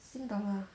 sing dollar